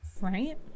Right